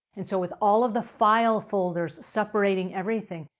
and so, with all of the file folders separating everything,